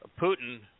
Putin